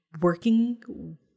working